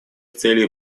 целей